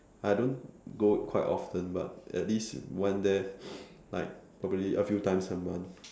I don't go quite often but at least went there like probably a few times a month